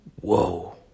Whoa